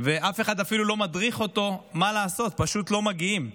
ואף אחד לא מדריך אותו מה לעשות, פשוט לא מגיעים.